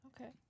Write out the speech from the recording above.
okay